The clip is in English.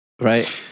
Right